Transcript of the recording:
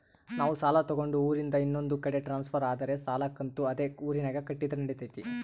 ನಾವು ಸಾಲ ತಗೊಂಡು ಊರಿಂದ ಇನ್ನೊಂದು ಕಡೆ ಟ್ರಾನ್ಸ್ಫರ್ ಆದರೆ ಸಾಲ ಕಂತು ಅದೇ ಊರಿನಾಗ ಕಟ್ಟಿದ್ರ ನಡಿತೈತಿ?